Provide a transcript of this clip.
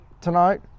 tonight